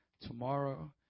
tomorrow